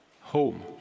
home